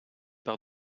par